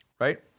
right